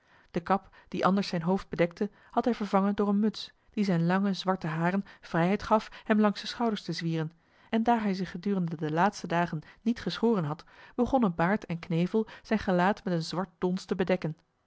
de kap die anders zijn hoofd bedekte had hij vervangen door eene muts die zijne lange zwarte haren vrijheid gaf hem langs de schouders te zwieren en daar hij zich gedurende de laatste dagen niet geschoren had begonnen baard en knevel zijn gelaat met een zwart dons te bedekken